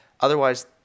Otherwise